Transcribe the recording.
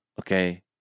okay